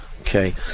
okay